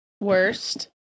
Worst